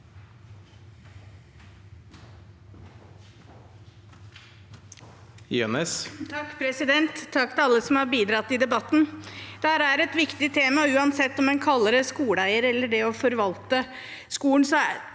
(H) Takk til alle som har bidratt i debatten. Dette er et viktig tema uansett om en kaller det skoleeier eller det å forvalte skolen.